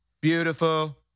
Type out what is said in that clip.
beautiful